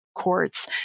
courts